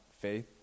faith